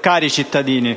cari cittadini,